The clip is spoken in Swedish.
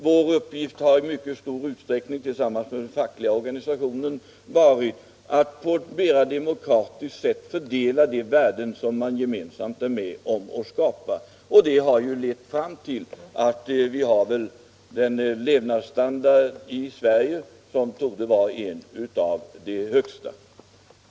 Vår uppgift har i mycket stor utsträckning varit att tillsammans med de fackliga organisationerna på ett mera demokratiskt sätt fördela de värden som alla gemensamt varit med om att skapa. Det har lett till att levnadsstandarden i Sverige torde vara en av de högsta i världen.